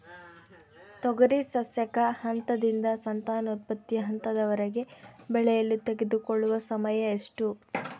ತೊಗರಿ ಸಸ್ಯಕ ಹಂತದಿಂದ ಸಂತಾನೋತ್ಪತ್ತಿ ಹಂತದವರೆಗೆ ಬೆಳೆಯಲು ತೆಗೆದುಕೊಳ್ಳುವ ಸಮಯ ಎಷ್ಟು?